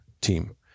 team